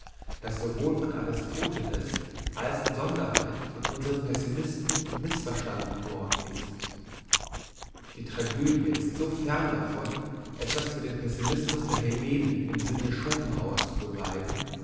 das sowohl von aristoteles als in sonderheit von unsern pessimisten missverstanden worden ist die tragödie ist so fern davon etwas für den pessimismus der hellenen im sinne schopenhauer's zu beweisen